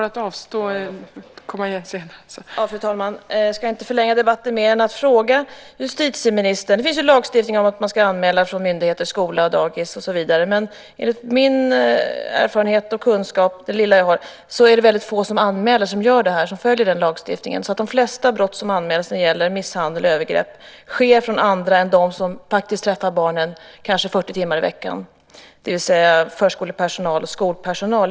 Fru talman! Jag ska inte förlänga debatten mer än att ställa en fråga till justitieministern. Det finns lagstiftning om att man från myndigheten ska anmäla - skola, dagis och så vidare. Enligt min erfarenhet och den lilla kunskap jag har är det väldigt få som anmäler och följer den lagstiftningen. De flesta brott som anmäls och som gäller misshandel och övergrepp sker från andra än dem som faktiskt träffar barnen kanske 40 timmar i veckan, det vill säga förskolepersonal och skolpersonal.